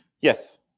Yes